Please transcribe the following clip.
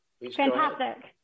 Fantastic